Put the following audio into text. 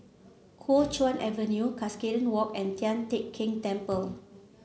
Kuo Chuan Avenue Cuscaden Walk and Tian Teck Keng Temple